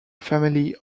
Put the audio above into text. family